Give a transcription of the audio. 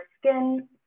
skin